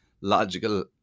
logical